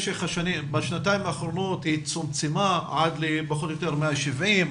בשנתיים האחרונות היא צומצמה עד פחות או יותר ל-170,